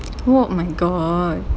oh my god